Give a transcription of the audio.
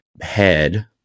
head